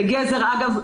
אגב,